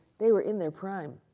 they were in their prime.